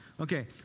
Okay